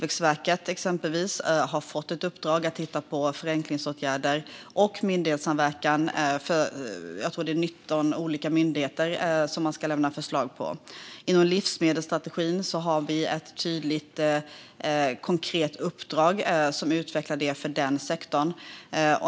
Exempelvis har Tillväxtverket fått i uppdrag att titta på förenklingsåtgärder, och när det gäller myndighetssamverkan tror jag att det är 19 olika myndigheter man ska lämna förslag om. Inom livsmedelsstrategin har vi ett tydligt, konkret uppdrag som utvecklar detta för den sektorn.